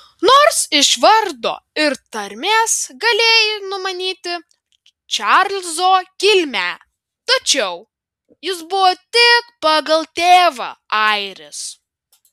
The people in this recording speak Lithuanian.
nors iš vardo ir tarmės galėjai numanyti čarlzo kilmę tačiau jis buvo tik pagal tėvą airis